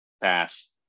pass